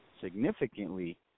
significantly